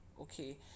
okay